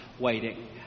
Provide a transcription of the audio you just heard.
waiting